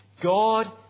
God